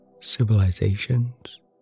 civilizations